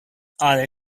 are